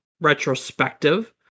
retrospective